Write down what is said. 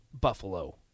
Buffalo